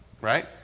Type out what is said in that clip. right